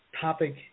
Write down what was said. topic